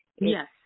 Yes